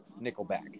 Nickelback